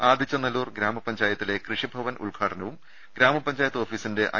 ആദിച്ചനല്ലൂർ ഗ്രാമാപഞ്ചായത്തിലെ കൃഷിഭവൻ ഉദ്ഘാടനവും ഗ്രാമപഞ്ചായത്ത് ഓഫീസിന്റെ ഐ